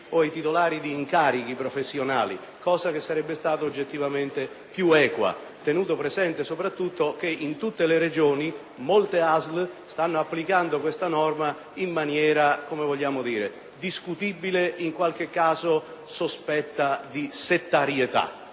o ai titolari di incarichi professionali. Ciò sarebbe stato oggettivamente più equo, tenuto presente soprattutto che in tutte le Regioni molte ASL stanno applicando questa norma in maniera discutibile e, in qualche caso, forse settaria.